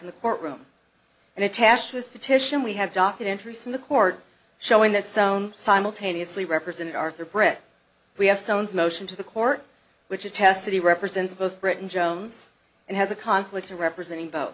in the courtroom and i tash this petition we have documentaries in the court showing that some simultaneously represented arthur brett we have sons motion to the court which is tested he represents both britain jones and has a conflict of representing bot